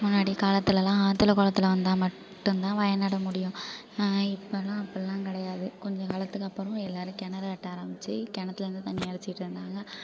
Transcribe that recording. முன்னாடி காலத்துலல்லாம் ஆற்றில் குளத்துல வந்தா மட்டும் தான் வயல் நட முடியும் இப்போல்லாம் அப்படிலாம் கிடையாது கொஞ்ச காலத்துக்கு அப்புறோம் எல்லோரும் கிணறு வெட்ட ஆரமித்து கிணத்துலந்து தண்ணி இறச்சிக்கிட்டு இருந்தாங்க